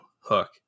hook